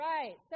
Right